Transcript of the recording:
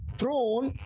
throne